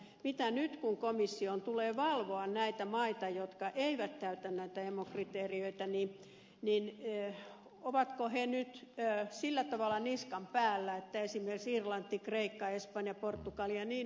mitä nyt kun komission tulee valvoa näitä maita jotka eivät täytä näitä emu kriteereitä niin ovatko he nyt sillä tavalla niskan päällä että esimerkiksi irlanti kreikka espanja portugali ja niin edelleen